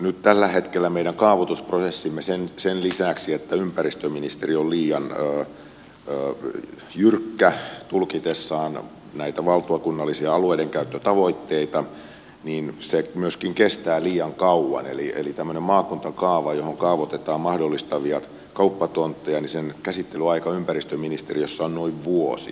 nyt tällä hetkellä meidän kaavoitusprosessimme sen lisäksi että ympäristöministeri on liian jyrkkä tulkitessaan näitä valtakunnallisia alueidenkäyttötavoitteita myöskin kestää liian kauan eli tämmöisen maakuntakaavan johon kaavoitetaan mahdollisia kauppatontteja käsittelyaika ympäristöministeriössä on noin vuosi